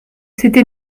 c’était